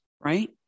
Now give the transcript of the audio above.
right